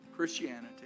Christianity